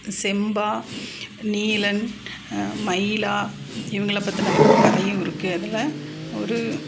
செம்பா நீலன் மயிலா இவங்கள பற்றின கதையும் இருக்கு அதில் ஒரு